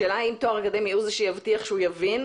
השאלה היא אם תואר אקדמי הוא זה שיבטיח שהוא יבין,